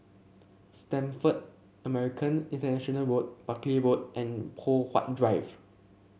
Stamford American International Road Buckley Road and Poh Huat Drive